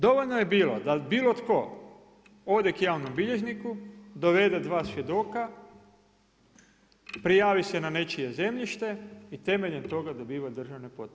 Dovoljno je bilo da bilo tko ode k javnom bilježniku, dovede dva svjedoka, prijavi se na nečije zemljište i temeljem toga dobiva državne potpore.